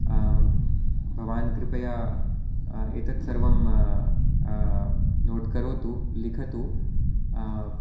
भवान् कृपया एतत्सर्वं नोट् करोतु लिखतु